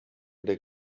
der